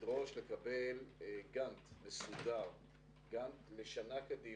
לדרוש לקבל גאנט מסודר לשנה קדימה,